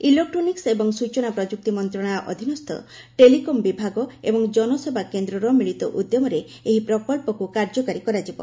ଇଲେକ୍ଟ୍ରୋନିକ୍ଟ ଏବଂ ସ୍ଟଚନା ପ୍ରଯୁକ୍ତି ମନ୍ତ୍ରଣାଳୟ ଅଧୀନସ୍ଥ ଟେଲିକମ୍ ବିଭାଗ ଏବଂ ଜନସେବା କେନ୍ଦ୍ରର ମିଳିତ ଉଦ୍ୟମରେ ଏହି ପ୍ରକଳ୍ପକ୍ କାର୍ଯ୍ୟକାରୀ କରାଯିବ